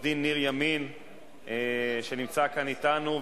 ולשפר את טיב השירות הניתן לו.